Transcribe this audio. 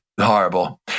horrible